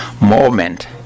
moment